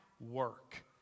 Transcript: work